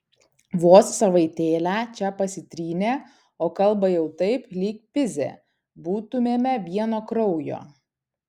vos savaitėlę čia pasitrynė o kalba jau taip lyg pizė būtumėme vieno kraujo